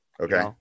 okay